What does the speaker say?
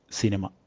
cinema